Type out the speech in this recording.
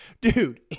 dude